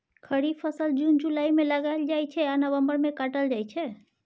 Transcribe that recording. खरीफ फसल जुन जुलाई मे लगाएल जाइ छै आ नबंबर मे काटल जाइ छै